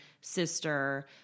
sister